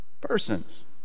persons